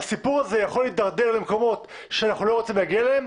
והסיפור הזה יכול להידרדר למקומות שאנחנו לא רוצים להגיע אליהם,